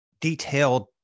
detailed